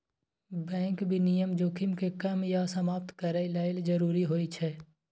bank विनियमन जोखिम कें कम या समाप्त करै लेल जरूरी होइ छै